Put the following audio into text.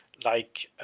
like,